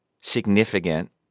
significant